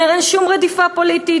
אומר שאין שום רדיפה פוליטית,